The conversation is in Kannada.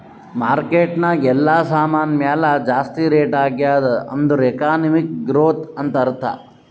ಮಾರ್ಕೆಟ್ ನಾಗ್ ಎಲ್ಲಾ ಸಾಮಾನ್ ಮ್ಯಾಲ ಜಾಸ್ತಿ ರೇಟ್ ಆಗ್ಯಾದ್ ಅಂದುರ್ ಎಕನಾಮಿಕ್ ಗ್ರೋಥ್ ಅಂತ್ ಅರ್ಥಾ